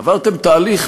עברתם תהליך,